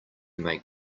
make